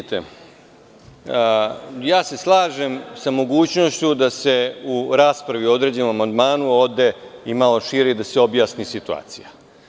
Vidite, ja se slažem sa mogućnošću da se u raspravi o određenom amandmanu ode i malo šire i da se objasni situacija.